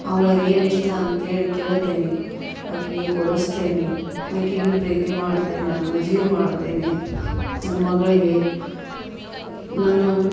ಅವ್ಳಿಗೆ ಏನು ಇಷ್ಟ ಅಂತೇಳಿ ಕೇಳ್ತೇನೆ ಆಕೆಗೆ ಕೊಡಿಸ್ತೇನಿ ಆಕೆಗು ಪ್ರೀತಿ ಮಾಡ್ತೇನೆ ನಾನು ಜೀವ ಮಾಡ್ತೇನೆ ನನ್ನ ಮಗಳಿಗೆ ನಾನು